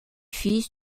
fils